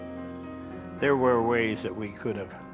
there were ways that we could have